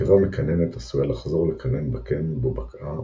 נקבה מקננת עשויה לחזור לקנן בקן בו בקעה,